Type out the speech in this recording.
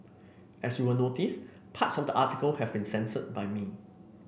as you will notice parts of the article have been censored by me